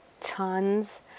tons